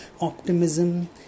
optimism